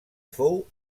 fou